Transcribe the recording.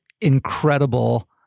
incredible